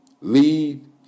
lead